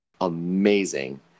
amazing